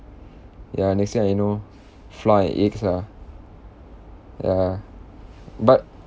ya next thing I know flour and eggs ah ya ya but